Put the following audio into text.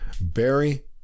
Barry